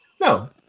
No